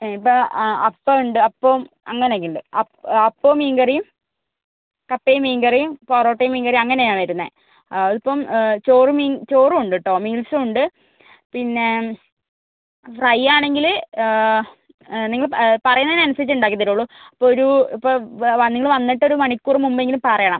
ഇപ്പം ആ അപ്പം ഉണ്ട് അപ്പം അങ്ങനെ ഒക്കെ ഉണ്ട് അപ്പവും മീൻ കറിയും കപ്പയും മീൻ കറിയും പൊറോട്ടയും മീൻ കറിയും അങ്ങനയാ വരുന്നത് അത് ഇപ്പം ചോറും മീൻ ചോറും ഉണ്ട് കേട്ടോ മീൽസും ഉണ്ട് പിന്നെ ഫ്രൈ ആണെങ്കിൽ നിങ്ങൾ പറയുന്നതിന് അനുസരിച്ച് ഉണ്ടാക്കി തരുകയുള്ളൂ ഇപ്പം ഒരു ഇപ്പം നിങ്ങൾ വന്നിട്ട് ഒരു മണിക്കൂറ് മുമ്പ് എങ്കിലും പറയണം